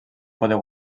poder